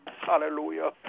Hallelujah